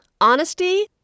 honesty